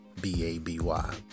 B-A-B-Y